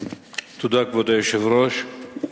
תודה, כבוד היושב-ראש.